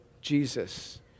Jesus